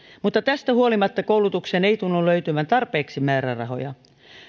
mutta tästä huolimatta koulutukseen ei tunnu löytyvän tarpeeksi määrärahoja